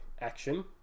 action